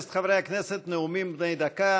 מלר-הורוביץ: 4 נאומים בני דקה